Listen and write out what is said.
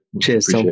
Cheers